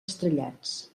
estrellats